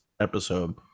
episode